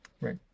right